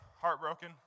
heartbroken